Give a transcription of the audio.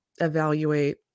evaluate